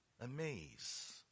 Amaze